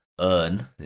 earn